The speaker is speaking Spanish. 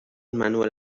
manuel